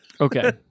Okay